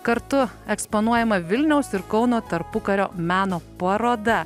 kartu eksponuojama vilniaus ir kauno tarpukario meno paroda